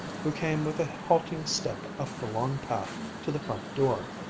who came with a halting step up the long path to the front door.